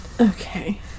Okay